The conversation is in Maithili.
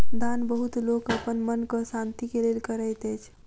दान बहुत लोक अपन मनक शान्ति के लेल करैत अछि